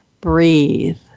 breathe